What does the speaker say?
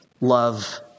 love